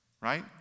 right